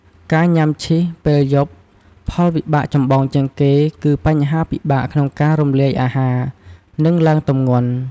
ការញុំាឈីសពេលយប់ផលវិបាកចម្បងជាងគេ គឺបញ្ហាពិបាកក្នុងការរំលាយអាហារ និងឡើងទម្ងន់។